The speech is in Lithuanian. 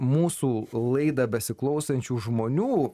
mūsų laidą besiklausančių žmonių